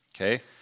Okay